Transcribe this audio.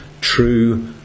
true